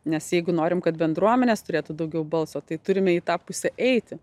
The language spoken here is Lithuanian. nes jeigu norim kad bendruomenės turėtų daugiau balso tai turime į tą pusę eiti